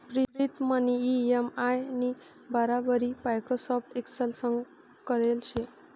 प्रीतमनी इ.एम.आय नी बराबरी माइक्रोसॉफ्ट एक्सेल संग करेल शे